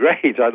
great